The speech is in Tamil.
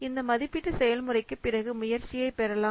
இந்த மதிப்பீட்டு செயல்முறைக்கு பிறகு முயற்சியை பெறலாம்